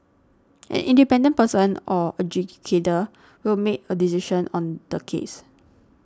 an independent person or adjudicator will make a decision on the case